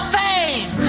fame